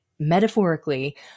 metaphorically